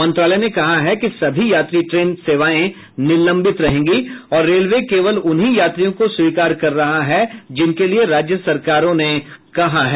मंत्रालय ने कहा है कि सभी यात्री ट्रेन सेवाएं निलंबित रहेंगी और रेलवे केवल उन्हीं यात्रियों को स्वीकार कर रहा है जिनके लिए राज्य सरकारों ने बोला है